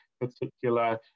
particular